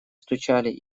стучали